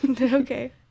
okay